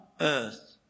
earth